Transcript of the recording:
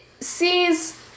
sees